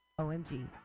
OMG